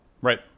Right